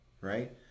Right